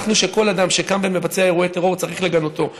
חונכנו שכל אדם שקם ומבצע אירועי טרור צריך לגנותו,